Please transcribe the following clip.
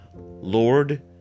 Lord